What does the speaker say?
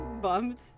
bummed